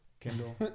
Kindle